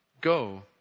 go